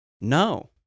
no